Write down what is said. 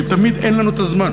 כי תמיד אין לנו זמן,